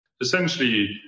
essentially